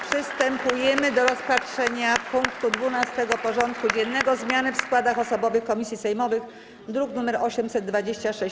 Przystępujemy do rozpatrzenia punktu 12. porządku dziennego: Zmiany w składach osobowych komisji sejmowych (druk nr 826)